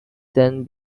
then